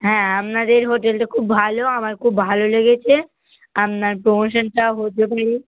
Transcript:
হ্যাঁ আপনাদের হোটেলটা খুব ভালো আমার খুব ভালো লেগেছে আপনার প্রমোশনটা হতে পারে